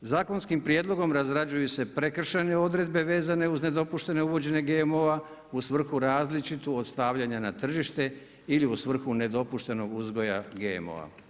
Zakonskim prijedlogom razrađuju se prekršajne odredbe vezane uz nedopuštene uvođenje GMO-a u svrhu različitu od stavljanja na tržište ili u svrhu nedopuštenog uzgoja GMO-a.